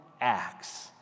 acts